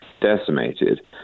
decimated